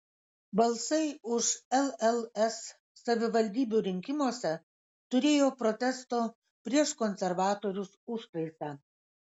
balsai už lls savivaldybių rinkimuose turėjo protesto prieš konservatorius užtaisą